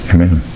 Amen